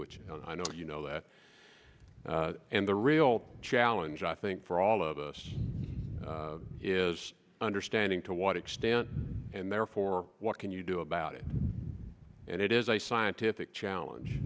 which i know you know that and the real challenge i think for all of us is understanding to what extent therefore what can you do about it and it is a scientific challenge